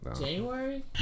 January